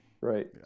right